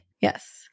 Yes